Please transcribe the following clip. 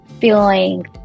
feeling